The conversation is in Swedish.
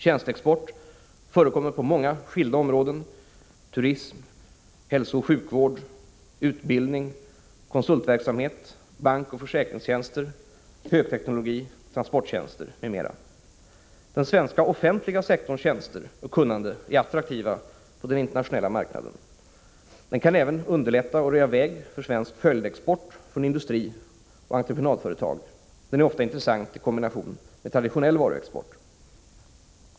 Tjänsteexport förekommer på många skilda områden: turism, hälsooch sjukvård, utbildning, konsultverksamhet, bankoch försäkringstjänster, högteknologi, transporttjänster m.m. Den svenska offentliga sektorns tjänster och kunnande är attraktiva på den internationella marknaden. Den kan även underlätta och röja väg för svensk följdexport från industri och entreprenadföretag. Den är ofta intressant i kombination med traditionell varuexport.